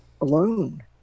alone